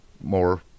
more